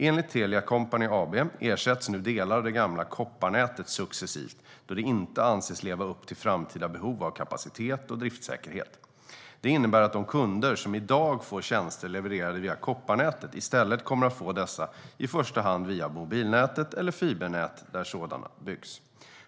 Enligt Telia Company AB ersätts nu delar av det gamla kopparnätet successivt då det inte anses leva upp till framtida behov av kapacitet och driftssäkerhet. Det innebär att de kunder som i dag får tjänster levererade via kopparnätet i stället kommer att få dessa i första hand via mobilnätet eller fibernät där sådana byggs.